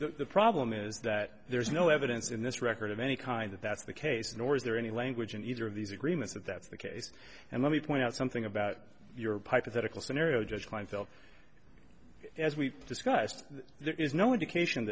the problem is that there's no evidence in this record of any kind that that's the case nor is there any language in either of these agreements that that's the case and let me point out something about your part of the tickle scenario judge kleinfeld as we've discussed there is no indication